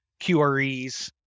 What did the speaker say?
QREs